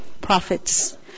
prophets